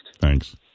Thanks